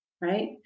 Right